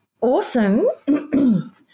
Awesome